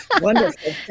wonderful